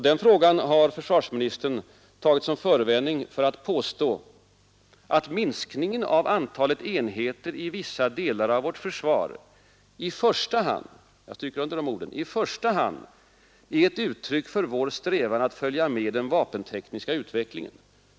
Den frågan har försvarsministern tagit som förevändning för att påstå att minskningen av antalet enheter i vissa delar av vårt försvar i första hand är ett uttryck för vår strävan att följa med den vapentekniska utvecklingen.